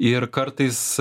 ir kartais